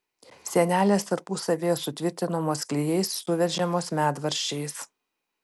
sienelės tarpusavyje sutvirtinamos klijais suveržiamos medvaržčiais